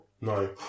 No